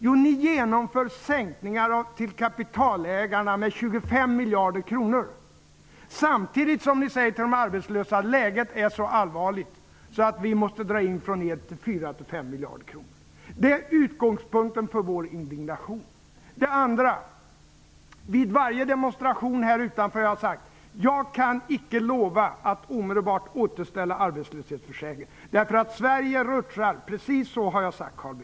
Jo, ni genomför sänkningar av kapitalägarnas kostnader med 25 miljarder kronor samtidigt som ni säger till de arbetslösa att läget är så allvarligt att vi från dem måste dra in 4--5 miljarder kronor. Det är utgångspunkten för vår indignation. Riksdagshuset har jag sagt att jag icke kan lova att omedelbart återställa arbetslöshetsförsäkring, därför att Sverige rutschar utför -- precis så har jag sagt, Carl Bildt.